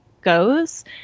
goes